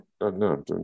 no